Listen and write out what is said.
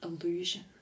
illusion